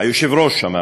היושב-ראש, אמרתי.